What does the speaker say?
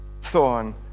thorn